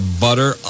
butter